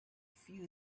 few